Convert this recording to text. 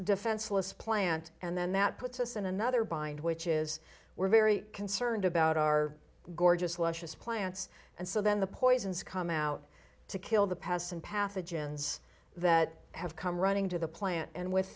defenseless plant and then that puts us in another bind which is we're very concerned about our gorgeous luscious plants and so then the poisons come out to kill the past and pathogens that have come running to the plant and with